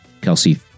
Kelsey